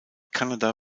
kanada